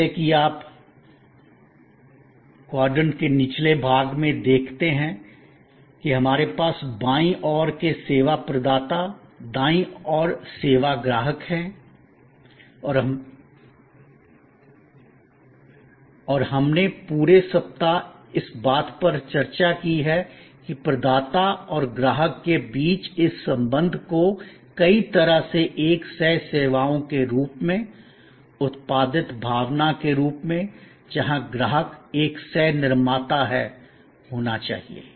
जैसा कि आप त्रिभुज के निचले भाग में देखते हैं कि हमारे पास बायीं ओर के सेवा प्रदाता दाईं ओर सेवा ग्राहक है और हमने पूरे सप्ताह इस बात पर चर्चा की है कि प्रदाता और ग्राहक के बीच इस संबंध को कई तरह से एक सह सेवाओं के रूप में उत्पादित भावना के रूप में जहां ग्राहक एक सह निर्माता है होना चाहिए